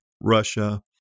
Russia